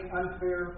unfair